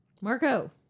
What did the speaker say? Marco